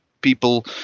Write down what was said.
People